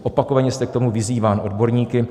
Opakovaně jste k tomu vyzýván odborníky.